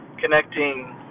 connecting